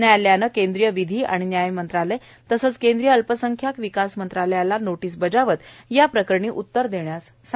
न्यायालयानं केंद्रीय विधी आणि न्याय मंत्रालय तसंच केंद्रीय अल्पसंख्याक विकास मंत्रालयाला नोटीस बजावत या प्रकरणी उत्तर देण्यास सांगितलं आहे